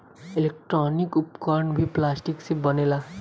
electronic उपकरण भी plastic से बनेला